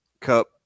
Cup